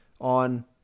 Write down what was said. on